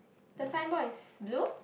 the signboard is blue